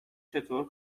چطور